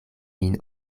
min